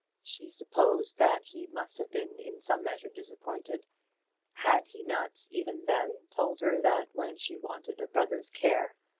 she supposed that he must have been in some measure disappointed had he not even then told her that when she wanted a brother's care,